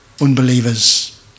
unbelievers